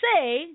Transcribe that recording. say